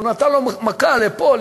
הוא נתן לו מכה לפה,